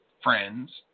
friends